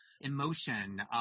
emotion